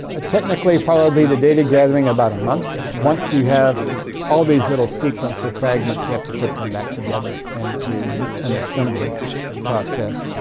ah technically probably the data gathering, about a month. once you have all these little sequence of fragments, you have to put them back together and an assembly process.